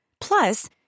Plus